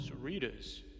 readers